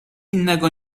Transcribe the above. innego